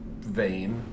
vain